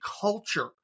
culture